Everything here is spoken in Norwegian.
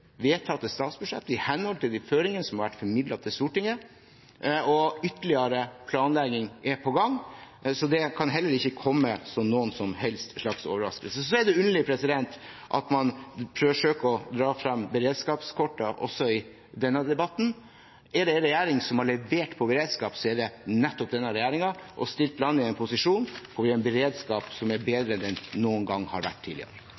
vedtatt statsbudsjett, i henhold til de føringer som har vært formidlet til Stortinget, og ytterligere planlegging er på gang, så det kan heller ikke komme som noen som helst slags overraskelse. Så er det underlig at man forsøker å dra frem beredskapskortet også i denne debatten. Er det en regjering som har levert på beredskap, så er det nettopp denne regjeringen, som har stilt landet i en posisjon hvor vi har en beredskap som er